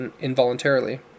involuntarily